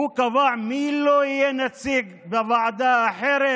הוא קבע מי לא יהיה נציג בוועדה אחרת.